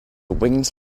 winged